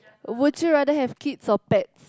would you rather have kids or pets